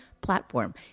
platform